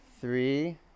Three